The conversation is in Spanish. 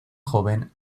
joven